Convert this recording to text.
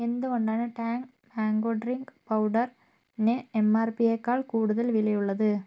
എന്തുകൊണ്ടാണ് Tang mango drink powder ന് എംആർപിയെക്കാൾ കൂടുതൽ വിലയുള്ളത്